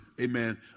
amen